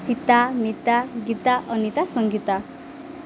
Sita Mita Gita Anita Sangeeta